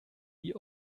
die